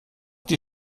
die